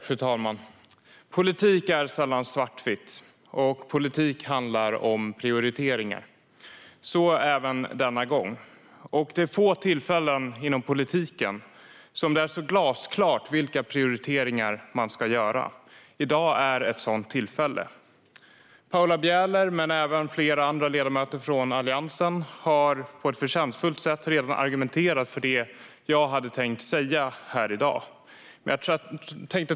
Fru talman! Politik är sällan svartvitt. Politik handlar om prioriteringar. Så även denna gång. Det är få tillfällen inom politiken som det är så glasklart vilka prioriteringar som man ska göra. I dag är det ett sådant tillfälle. Paula Bieler och även flera ledamöter från Alliansen har på ett förtjänstfullt sätt redan argumenterat för det som jag hade tänkt säga här i dag.